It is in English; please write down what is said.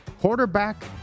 quarterback